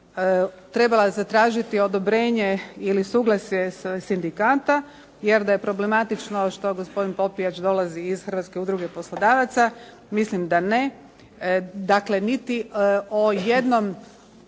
trebala zatražiti odobrenje ili suglasje sindikata jer da je problematično što gospodin Popijač dolazi iz Hrvatske udruge poslodavaca, mislim da ne. Dakle, niti o jednom